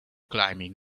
climbing